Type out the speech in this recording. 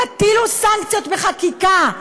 תטילו סנקציות בחקיקה,